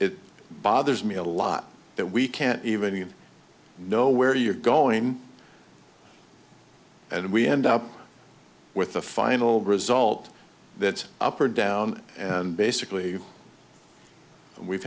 it bothers me a lot that we can't even know where you're going and we end up with the final result that up or down and basically we've